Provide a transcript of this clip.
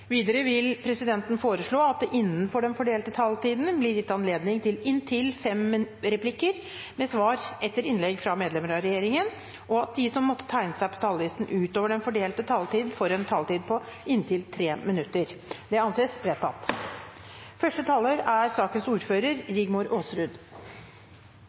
Videre vil presidenten foreslå at det – innenfor den fordelte taletid – blir gitt anledning til inntil seks replikker med svar etter innlegg fra medlemmer av regjeringen, og at de som måtte tegne seg på talerlisten utover den fordelte taletid, får en taletid på inntil 3 minutter. – Det anses vedtatt. Denne saken er